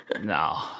no